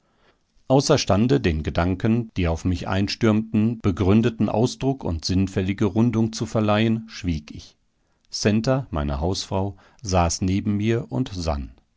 außerstande den gedanken die auf mich einstürmten begründeten ausdruck und sinnfällige rundung zu verleihen schwieg ich centa meine hausfrau saß neben mir und sann